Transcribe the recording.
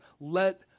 let